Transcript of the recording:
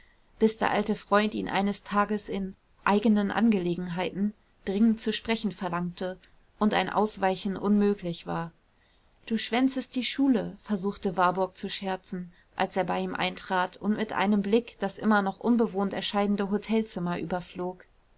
bis der alte freund ihn eines tages in eigenen angelegenheiten dringend zu sprechen verlangte und ein ausweichen unmöglich war du schwänzest die schule versuchte warburg zu scherzen als er bei ihm eintrat und mit einem blick das immer noch unbewohnt erscheinende hotelzimmer überflog